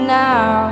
now